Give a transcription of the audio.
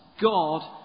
God